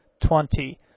twenty